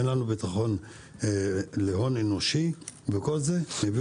אין לנו ביטחון להון אנושי וכל זה יביא